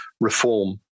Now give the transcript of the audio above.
reform